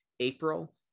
april